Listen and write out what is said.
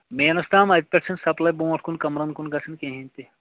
means تام اَتہِ پٮ۪ٹھٕ چھنہٕ سَپلاے برونٹھ کُن کَمرن کُن گَژھان کِہیٖنۍ تہِ